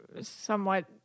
somewhat